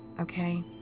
okay